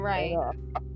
Right